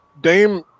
Dame